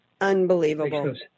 Unbelievable